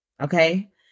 Okay